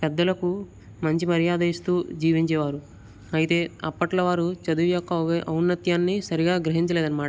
పెద్దలకు మంచి మర్యాదిస్తూ జీవించేవారు అయితే అప్పటీలో వారు చదువు యొక్క ఔనిత్యాన్ని సరిగ్గా గ్రహించలేదన్నమాట